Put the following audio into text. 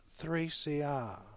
3CR